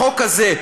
בחוק הזה,